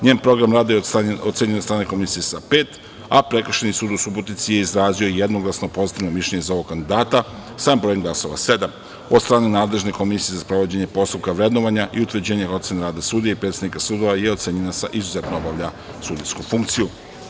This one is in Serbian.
Njen program rada je ocenjen od strane Komisije sa „pet“, a Prekršajni sud u Subotici je izrazio jednoglasno pozitivno mišljenje za ovog kandidata, sa brojem glasova – sedam, od strane nadležne komisije za sprovođenje postupka vrednovanja i utvrđivanja ocena rada sudija i predsednika sudova je ocenjena sa „izuzetno obavlja sudijsku funkciju“